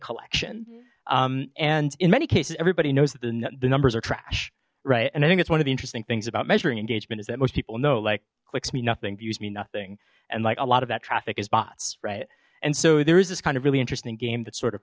collection and in many cases everybody knows that the numbers are trash right and i think it's one of the interesting things about measuring engagement is that most people know like clicks me nothing views me nothing and like a lot of that traffic is bots right and so there is this kind of really interesting game that sort of